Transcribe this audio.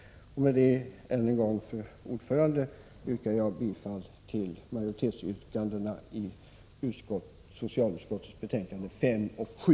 Med detta yrkar jag än en gång bifall till utskottsmajoritetens hemställan i socialutskottets betänkanden 5 och 7.